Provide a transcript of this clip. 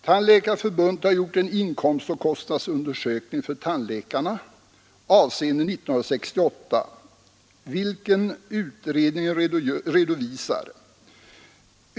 Tandläkarförbundet har gjort en inkomstoch kostnadsundersökning för tandläkarna avseende 1968, vilken utredningen redovisar.